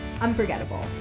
unforgettable